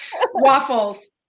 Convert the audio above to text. waffles